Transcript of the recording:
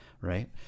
right